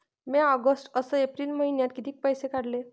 म्या ऑगस्ट अस एप्रिल मइन्यात कितीक पैसे काढले?